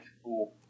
school